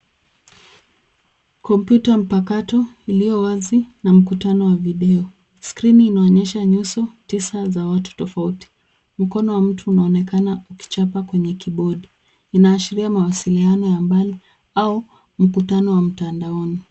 Kompyuta mpakato iliyo wazi na mkutano wa video. Skrini inaonyesha nyuso tisa za watu tofauti. Mkono wa mtu unaonekana ukichapa kwenye kibodi. Inaashiria mawasiliano ya mbali au mkutano wa mtandaoni.